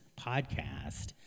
podcast